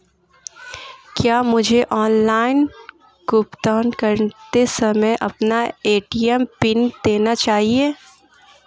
क्या मुझे ऑनलाइन भुगतान करते समय अपना ए.टी.एम पिन देना चाहिए?